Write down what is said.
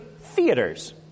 theaters